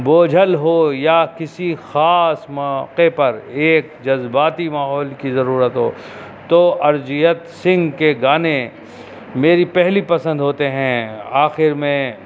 بوجھل ہو یا کسی خاص موقع پر ایک جذباتی ماحول کی ضرورت ہو تو ارجیت سنگھ کے گانے میری پہلی پسند ہوتے ہیں آخر میں